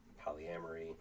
polyamory